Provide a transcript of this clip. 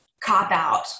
cop-out